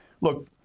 look